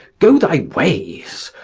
go thy ways,